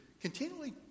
Continually